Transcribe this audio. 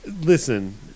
Listen